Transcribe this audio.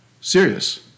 serious